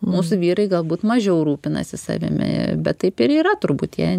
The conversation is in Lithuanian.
mūsų vyrai galbūt mažiau rūpinasi savimi bet taip ir yra turbūt jie